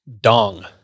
dong